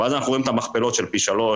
ואז אנחנו רואים את המכפלות של פי שלושה,